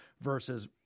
versus